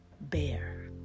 bear